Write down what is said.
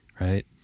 right